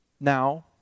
Now